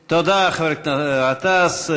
תודה, חבר הכנסת גטאס.